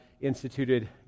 instituted